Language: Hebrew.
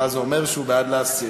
ואז זה אומר שהוא בעד להסיר.